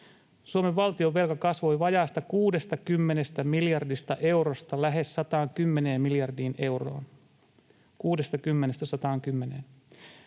Suomen valtionvelka kasvoi vajaasta 60 miljardista eurosta lähes 110 miljardiin euroon: 60:sta 110:een.